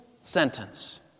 sentence